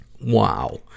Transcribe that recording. Wow